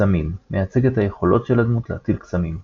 קסמים – מייצג את היכולות של הדמות להטיל קסמים.